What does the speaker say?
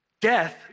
Death